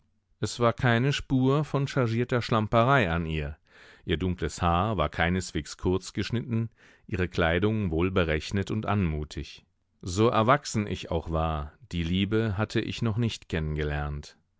es war keine spur von chargierter schlamperei an ihr ihr dunkles haar war keineswegs kurzgeschnitten ihre kleidung wohlberechnet und anmutig so erwachsen ich auch war die liebe hatte ich noch nicht kennengelernt